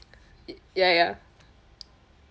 ya ya